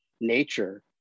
nature